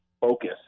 focus